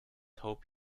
hope